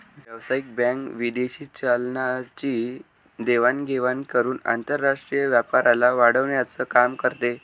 व्यावसायिक बँक विदेशी चलनाची देवाण घेवाण करून आंतरराष्ट्रीय व्यापाराला वाढवण्याचं काम करते